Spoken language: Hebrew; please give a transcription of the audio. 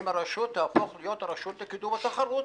אם הרשות תהפוך להיות הרשות לקידום התחרות.